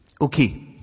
okay